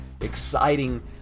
exciting